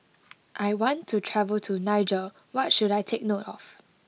I want to travel to Niger what should I take note of